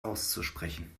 auszusprechen